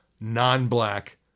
non-black